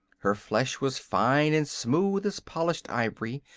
her flesh was fine and smooth as polished ivory,